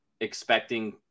expecting